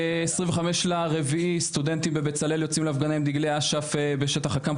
25 באפריל סטודנטים בבצלאל יוצאים להפגנה עם דגלי אש"ף בשטח הקמפוס.